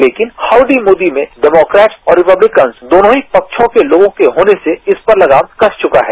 लेकिन हाउडी मोदी में डेमोक्रेट और रिपब्लिकन्स दोनों ही पक्षों के लोग होने से इस पर लगाम कस चुका है